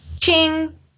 Ching